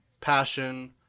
passion